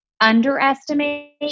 underestimate